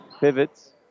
pivots